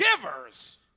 givers